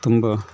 ತುಂಬ